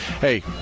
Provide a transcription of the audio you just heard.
Hey